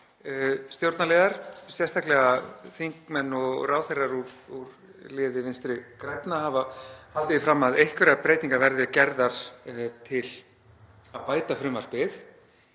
stjórnarliðar, sérstaklega þingmenn og ráðherrar úr liði Vinstri grænna, hafi haldið því fram að einhverjar breytingar verði gerðar til að bæta frumvarpið.